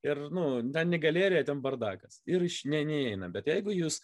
ir nu ten ne galerija ten bardakas ir neįeina bet jeigu jūs